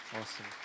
Awesome